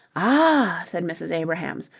ah! said mrs. abrahams,